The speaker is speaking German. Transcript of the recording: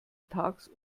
tags